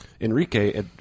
Enrique